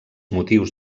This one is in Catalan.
motius